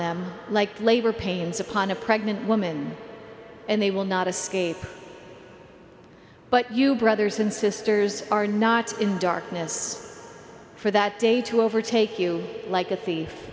them like labor pains upon a pregnant woman and they will not escape but you brothers and sisters are not in darkness for that day to overtake you like a thief